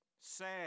sad